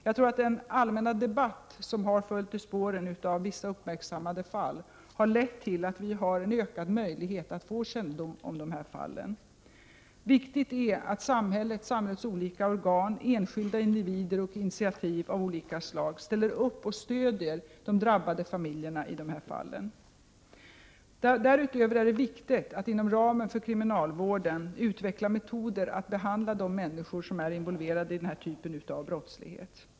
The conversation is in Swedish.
Jag tror att den allmänna debatt som har följt i spåren av vissa uppmärksammade fall har lett till att vi har ökad möjlighet att få kännedom om dessa fall. Det är viktigt att samhällets olika organ och enskilda individer tar initiativ av olika slag och stöder de drabbade familjerna. Därutöver är det viktigt att man inom ramen för kriminalvården utvecklar metoder för att behandla de människor som är involverade i denna typ av brottslighet.